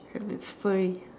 and it's furry